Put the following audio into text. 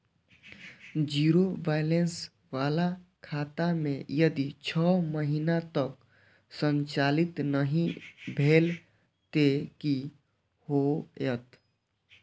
Zero balance बाला खाता में यदि छः महीना तक संचालित नहीं भेल ते कि होयत?